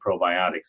probiotics